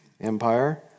empire